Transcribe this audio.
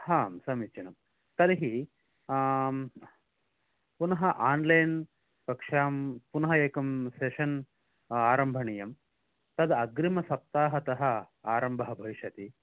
आं समीचीनं तर्हि पुनः आन्लैन् कक्षां पुनः एकं सेशन् आरम्भणीयं तद् अग्रिम सप्ताहतः आरम्भः भविष्यति